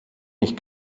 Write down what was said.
mich